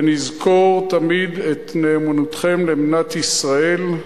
ונזכור תמיד את נאמנותכם למדינת ישראל.